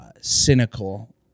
cynical